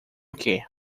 que